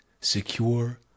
secure